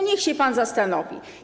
Niech się pan zastanowi.